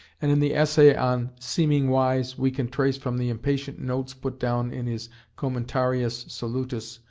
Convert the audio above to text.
and in the essay on seeming wise we can trace from the impatient notes put down in his commentarius solutus,